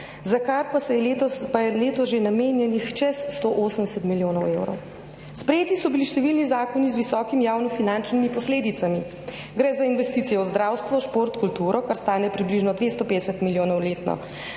za kar pa je letos že namenjenih čez 180 milijonov evrov. Sprejeti so bili številni zakoni z visokimi javnofinančnimi posledicami. Gre za investicije v zdravstvo, šport, kulturo, kar stane približno 250 milijonov letno.